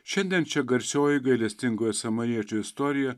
šiandien čia garsioji gailestingojo samariečio istorija